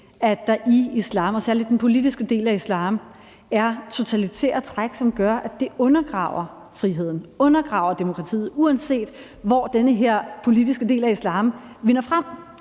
at der i islam og særlig den politiske del af islam er totalitære træk, som gør, at det undergraver friheden og undergraver demokratiet, uanset hvor den her politiske del af islam vinder frem,